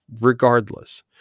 regardless